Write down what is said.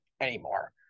anymore